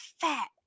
fat